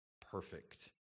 perfect